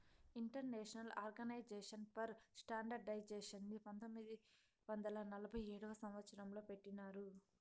international organisation for స్టాండర్డయిజేషన్ని పంతొమ్మిది వందల నలభై ఏడవ సంవచ్చరం లో పెట్టినారు